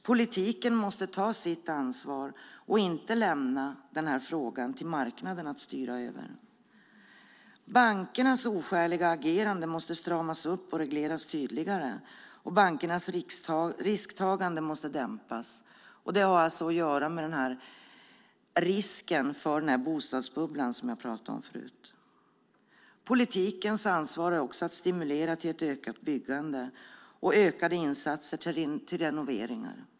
Politiken måste ta sitt ansvar och inte lämna frågan till marknaden att styra över. Bankernas oskäliga agerande måste stramas upp och regleras tydligare. Bankernas risktagande måste dämpas. Det har alltså att göra med risken för den bostadsbubbla som jag pratade om förut. Politikens ansvar är också att stimulera till ett ökat byggande och ökade insatser till renovering.